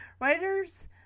Writers